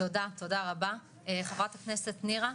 תודה רבה חברת הכנסת נירה.